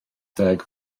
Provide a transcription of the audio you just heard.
deg